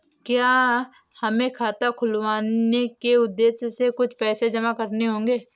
क्या हमें खाता खुलवाने के उद्देश्य से कुछ पैसे जमा करने होंगे?